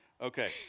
Okay